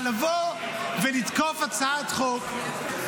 אבל לבוא ולתקוף הצעת חוק,